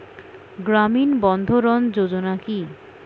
গ্রামীণ বন্ধরন যোজনা কি?